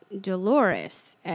Dolores